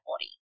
body